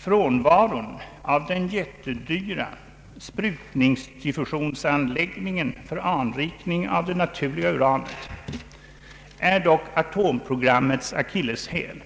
Frånvaron av den jättedyra sprutningsdiffusionsanläggningen för anrikning av det naturliga uranet är dock atomprogrammets Akilleshäl,